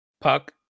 Puck